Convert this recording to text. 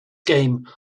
game